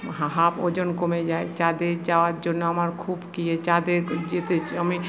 half ওজন কমে যায় চাঁদে যাওয়ার জন্য আমার খুব চাঁদে আমি